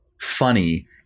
funny